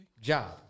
Job